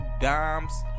dimes